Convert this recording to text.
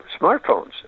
smartphones